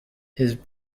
his